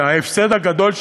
וההפסד הגדול,